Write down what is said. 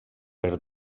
per